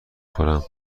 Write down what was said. خورم